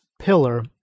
pillar